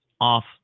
off